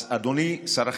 אז אדוני שר החינוך,